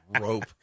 rope